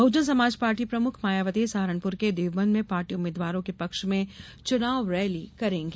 बहुजन Samaj Party प्रमुख मायावती सहारनपुर के देवबंद में पार्टी उम्मीदवारों के पक्ष में चुनाव रैली करेंगी